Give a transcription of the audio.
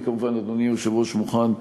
אני, כמובן, אדוני היושב-ראש, מוכן,